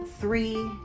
three